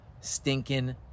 Stinking